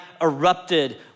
erupted